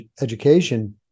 education